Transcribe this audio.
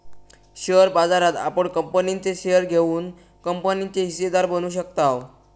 share बाजारात आपण कंपनीचे शेअर घेऊन कंपनीचे हिस्सेदार बनू शकताव